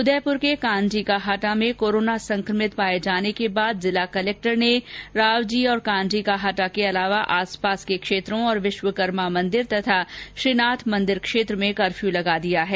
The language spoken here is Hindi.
उदयपर के कान्जी का हाटा में कोरोना संक्रमित पाए जाने के बाद जिला कलेक्टर ने रावजी और कान्जी का हाटा के अलावा आसपास के क्षेत्रों में और विश्वकम्प्र मंदिर तथा श्रीनाथ मंदिर क्षेत्र में कफ्यू लगा दिया है